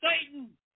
Satan